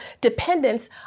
dependence